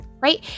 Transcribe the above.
right